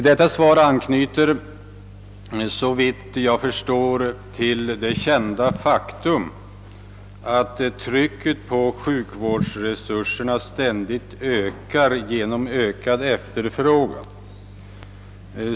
Detta svar anknyter såvitt jag förstår till det kända faktum, att trycket på sjukvårdsresurserna ständigt ökar genom ökad efterfrågan.